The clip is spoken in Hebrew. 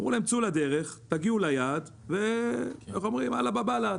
אמרו להם, צאו לדרך, תגיעו ליעד, ועלא באב אללה.